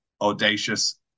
audacious